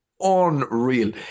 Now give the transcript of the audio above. unreal